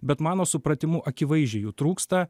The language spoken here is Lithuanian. bet mano supratimu akivaizdžiai jų trūksta